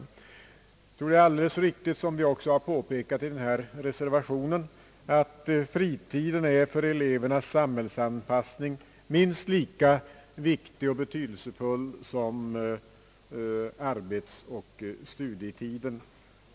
Vi tror det är alldeles riktigt, såsom också har påpekats i reservationen, att fritiden med tanke på elevernas samhällsanpassning är minst lika viktig och betydelsefull som arbetsoch studietiden.